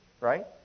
Right